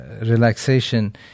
relaxation